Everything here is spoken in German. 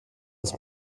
des